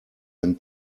ein